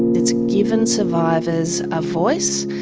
it's given survivors a voice,